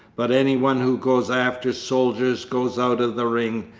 but anyone who goes after soldiers goes out of the ring!